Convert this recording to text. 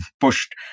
pushed